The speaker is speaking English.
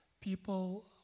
People